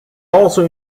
also